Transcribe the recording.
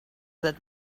that